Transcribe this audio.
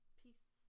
peace